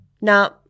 Now